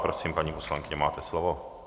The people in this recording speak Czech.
Prosím, paní poslankyně, máte slovo.